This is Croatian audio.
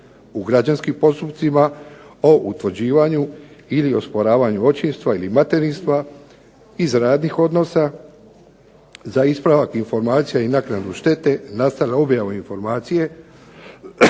u građanskim postupcima o utvrđivanju ili osporavanju očinstva ili materinstva iz radnih odnosa, za ispravak informacija i naknadu štete nastale objavom informacije,